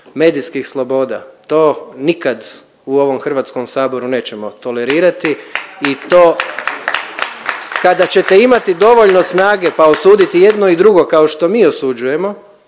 medijskih sloboda to nikad u ovom Hrvatskom saboru nećemo tolerirati … /Pljesak./… i to kada ćete imati dovoljno snage pa osuditi i jedno i drugo kao što mi osuđujemo